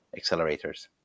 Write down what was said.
accelerators